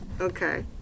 Okay